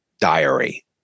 diary